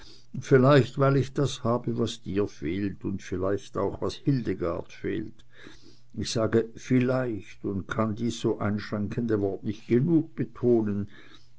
vielleicht weil ich das habe was dir fehlt und vielleicht auch was hildegard fehlt ich sage vielleicht und kann dies einschränkende wort nicht genug betonen